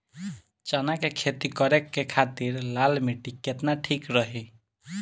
चना के खेती करे के खातिर लाल मिट्टी केतना ठीक रही?